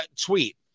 tweet